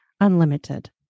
unlimited